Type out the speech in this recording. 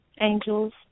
angels